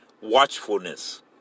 Watchfulness